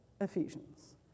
Ephesians